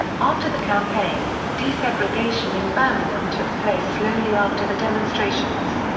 after the campaign desegregation in birmingham took place slowly after the demonstrations.